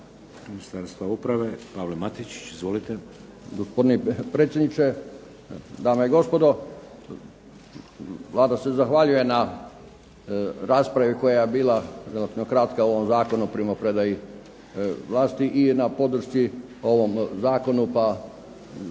Ministarstva uprave Pavao Matičić. Izvolite.